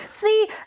See